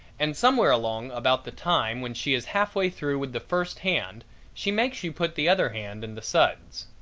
and somewhere along about the time when she is half way through with the first hand she makes you put the other hand in the suds.